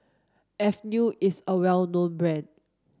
Avene is a well known brand